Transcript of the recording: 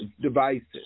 devices